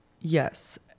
Yes